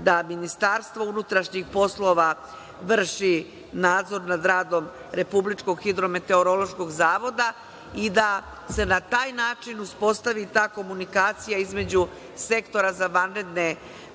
da Ministarstvo unutrašnjih poslova vrši nadzor nad radom Republičkog hidrometeorološkog zavoda i da se na taj način uspostavi ta komunikacija između Sektora za